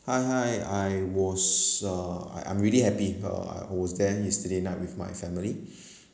hi hi I was uh I I'm really happy uh I was there yesterday night with my family